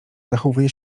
zachowuje